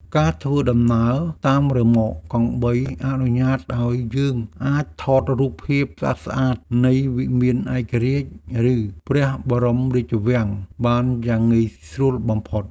ការធ្វើដំណើរតាមរ៉ឺម៉កកង់បីអនុញ្ញាតឱ្យយើងអាចថតរូបភាពស្អាតៗនៃវិមានឯករាជ្យឬព្រះបរមរាជវាំងបានយ៉ាងងាយស្រួលបំផុត។